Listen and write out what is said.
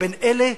בין אלה,